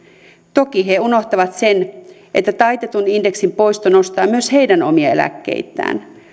toki he unohtavat sen että taitetun indeksin poisto nostaa myös heidän omia eläkkeitään